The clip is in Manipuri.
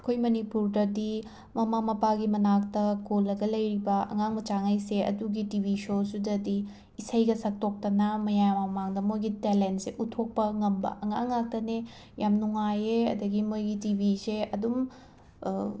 ꯑꯩꯈꯣꯏ ꯃꯅꯤꯄꯨꯔꯗꯗꯤ ꯃꯃꯥ ꯃꯄꯥꯒꯤ ꯃꯅꯥꯛꯇ ꯀꯣꯜꯂꯒ ꯂꯩꯔꯤꯕ ꯑꯉꯥꯡ ꯃꯆꯥꯉꯩꯁꯦ ꯑꯗꯨꯒꯤ ꯇꯤ ꯕꯤ ꯁꯣꯗꯨꯗꯗꯤ ꯏꯁꯩꯒ ꯁꯛꯇꯣꯛꯇꯅ ꯃꯌꯥꯝ ꯃꯃꯥꯡꯗ ꯃꯣꯏꯒꯤ ꯇꯦꯂꯦꯟꯁꯦ ꯎꯠꯊꯣꯛꯄ ꯉꯝꯕ ꯑꯉꯥꯡ ꯉꯥꯛꯇꯅꯤ ꯌꯥꯝ ꯅꯨꯡꯉꯥꯏꯌꯦ ꯑꯗꯒꯤ ꯃꯣꯏꯒꯤ ꯇꯤ ꯕꯤꯁꯦ ꯑꯗꯨꯝ